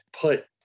put